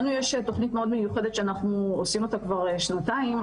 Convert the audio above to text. לנו יש תוכנית מאוד מיוחדת שאנחנו עושים אותה כבר שנתיים,